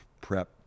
prep